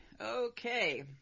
Okay